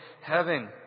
heaven